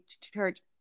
church